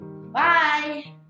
Bye